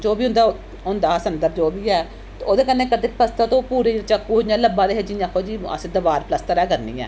जो बी उं'दा होंदा हा संदर जो बी ऐ ते ओह्दे कन्नै करदे प्लसतर ते ओह् पूरे चाकू ओह् इ'यां लब्भा दे हे जि'यां आखो अस दबार प्लसतर गै करनी ऐ